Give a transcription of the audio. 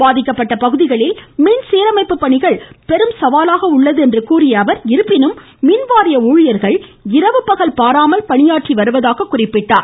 பாதிக்கப்பட்ட பகுதிகளில் மின் சீரமைப்பு பணிகள் பெரும் சவாலாக உள்ளது என்று கூறிய அவர் இருப்பினும் மின்வாரிய ஊழியர்கள் இரவு பகல் பாராமல் பணியாற்றி வருவதாக கூறினார்